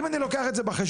אם אני לוקח את זה בחשבון,